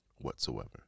whatsoever